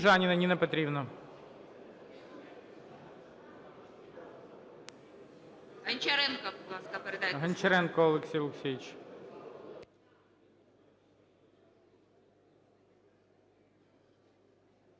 Гончаренко Олексій Олексійович.